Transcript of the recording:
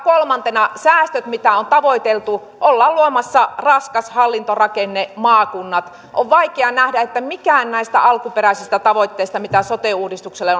kolmantena säästöt mitä on tavoiteltu ollaan luomassa raskas hallintorakenne maakunnat on vaikea nähdä että mikään näistä alkuperäisistä tavoitteista mitä sote uudistukselle